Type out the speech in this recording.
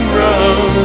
run